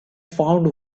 found